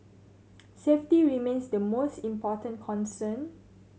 safety remains the most important concern